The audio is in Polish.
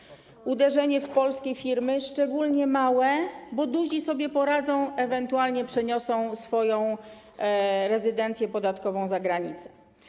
Po drugie, to uderzenie w polskie firmy, szczególnie małe, bo duzi sobie poradzą, ewentualnie przeniosą swoją rezydencję podatkową za granicę.